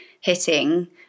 hitting